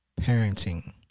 parenting